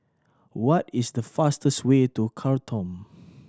what is the fastest way to Khartoum